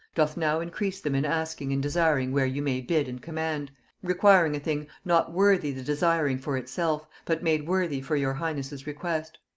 doth now increase them in asking and desiring where you may bid and command requiring a thing not worthy the desiring for itself, but made worthy for your highness' request.